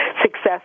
success